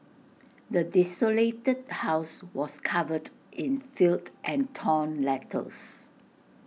the desolated house was covered in filth and torn letters